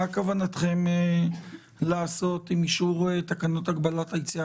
מה כוונתכם לעשות עם אישור תקנות הגבלת היציאה